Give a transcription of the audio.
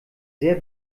sehr